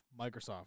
Microsoft